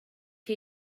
chi